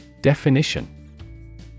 Definition